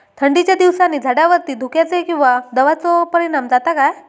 थंडीच्या दिवसानी झाडावरती धुक्याचे किंवा दवाचो परिणाम जाता काय?